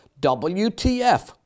WTF